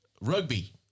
rugby